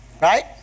Right